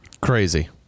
Crazy